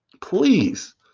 please